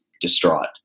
distraught